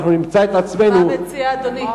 מה מציע אדוני?